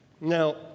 Now